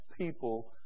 people